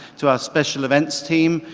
to our special events team,